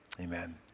amen